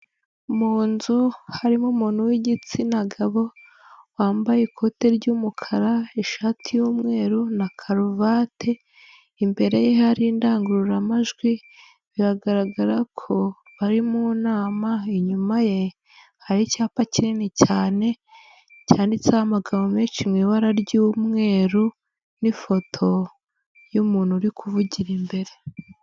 Mu nzu harimo umuntu w'igitsina gabo wambaye ikote ry'umukara ishati y'umweru na karuvati, imbere ye hari indangururamajwi biragaragara ko bari mu nama, inyuma ye hari icyapa kinini cyane cyanditseho amagambo menshi mu ibara ry'umweru n'ifoto y'umuntu uri kuvugira imbere.